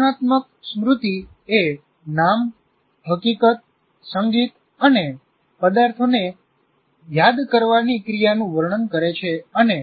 ઘોષણાત્મક સ્મૃતિએ નામ હકીકત સંગીત અને પદાર્થોને યાદ કરવાની ક્રિયાનું વર્ણન કરે છે અને